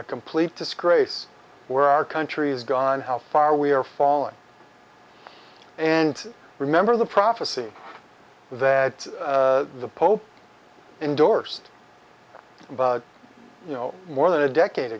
a complete disgrace where our country is gone how far we are fallen and remember the prophecy that the pope endorsed you know more than a decade